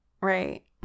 right